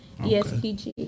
ESPG